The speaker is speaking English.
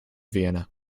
vienna